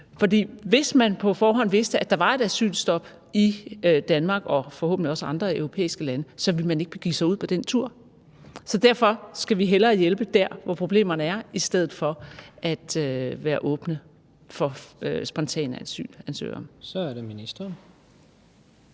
hvis man på forhånd vidste, at der var et asylstop i Danmark og forhåbentlig også andre europæiske lande, så ville man ikke begive sig ud på den tur. Så derfor skal vi hellere hjælpe der, hvor problemerne er, i stedet for at være åbne for spontane asylansøgere. Kl. 16:55 Tredje